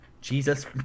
Jesus